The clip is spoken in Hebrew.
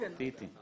תהיי איתי.